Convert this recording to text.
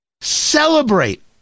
celebrate